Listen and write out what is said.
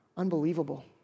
Unbelievable